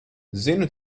zinu